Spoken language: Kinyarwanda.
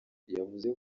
yavuze